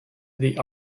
the